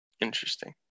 Interesting